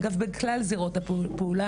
אגב בכלל זירות הפעולה.